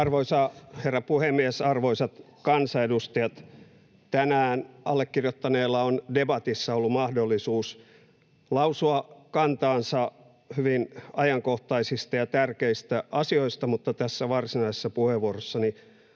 Arvoisa herra puhemies! Arvoisat kansanedustajat! Tänään allekirjoittaneella on debatissa ollut mahdollisuus lausua kantansa hyvin ajankohtaisista ja tärkeistä asioista, mutta tässä varsinaisessa puheenvuorossani